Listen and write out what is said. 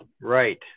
Right